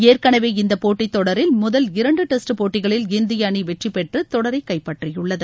ஏற்கனவே இந்தப் போட்டித் தொடரில் முதல் இரண்டு டெஸ்ட் போட்டிகளில் இந்திய அணி வெற்றி பெற்று தொடரைக் கைப்பற்றியுள்ளது